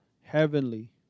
heavenly